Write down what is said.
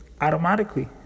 automatically